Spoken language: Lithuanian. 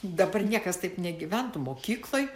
dabar niekas taip negyventų mokykloj